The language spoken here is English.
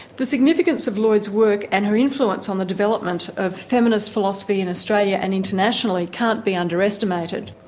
the significance of lloyd's work and her influence on the development of feminist philosophy in australia and internationally can't be underestimated.